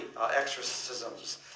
exorcisms